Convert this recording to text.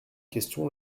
question